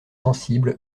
sensible